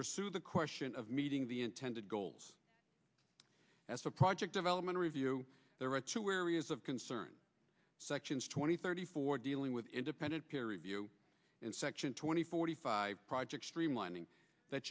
pursue the question of meeting the intended goals as a project development review there were two areas of concern sections twenty thirty four dealing with independent peer review and section twenty forty five projects streamlining that